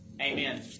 Amen